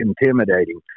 intimidating